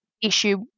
issue